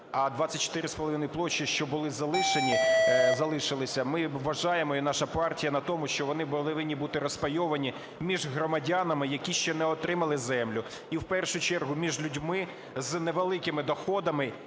а 24,5 площі, що були залишені, залишилися. Ми вважаємо і наша партія на тому, що вони повинні бути розпайовані між громадянами, які ще не отримали землю, і в першу чергу між людьми з невеликими доходами,